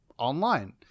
online